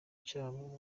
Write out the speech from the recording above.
cyabo